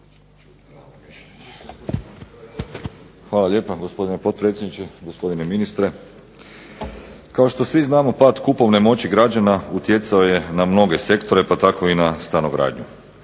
Hvala lijepa gospodine potpredsjedniče, gospodine ministre. Kao što svi znamo pad kupovne moći građana utjecao je na mnoge sektore, pa tako i na stanogradnju.